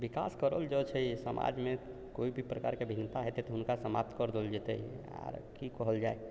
विकास करल जे छै समाजमे कोइभी प्रकारके भिन्नता हेतै तऽ हुनका समाप्त करि देल जेतै आओर की कहल जाइ